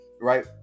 right